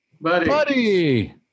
Buddy